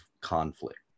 conflict